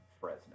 Fresno